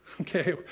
Okay